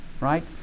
right